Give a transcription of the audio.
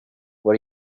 what